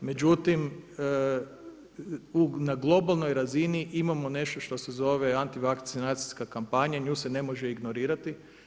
Međutim, na globalnoj razini imamo nešto što se zove antivakcinacijska kampanja i nju se ne može ignorirati.